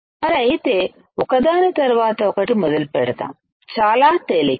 మరి అయితే ఒకదాని తర్వాత ఒకటి మొదలుపెడదాం చాలా తేలిక